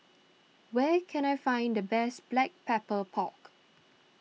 where can I find the best Black Pepper Pork